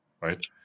Right